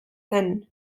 zen